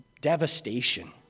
devastation